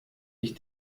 ich